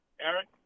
Eric